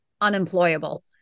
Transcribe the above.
unemployable